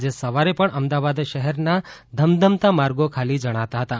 આજે સવારે પણ અમદાવાદ શહેરનાં ધમધમતા માર્ગા ખાલી જણાતાં હતાં